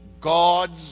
god's